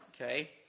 okay